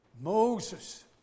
Moses